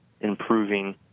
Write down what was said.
improving